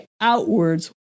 outwards